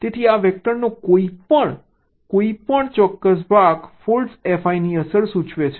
તેથી આ વેક્ટરનો કોઈપણ ચોક્કસ ભાગ ફોલ્ટ Fi ની અસર સૂચવે છે